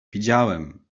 wiedziałem